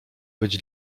być